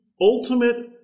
ultimate